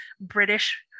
British